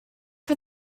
for